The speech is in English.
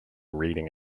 reading